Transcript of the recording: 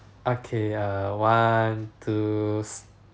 okay err one two stop